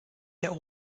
der